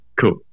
cool